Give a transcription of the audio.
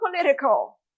political